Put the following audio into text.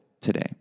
today